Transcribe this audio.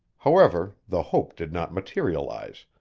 however, the hope did not materialize,